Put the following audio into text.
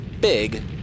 Big